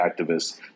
activists